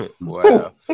Wow